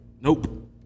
Nope